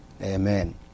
Amen